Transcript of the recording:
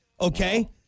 Okay